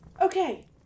Okay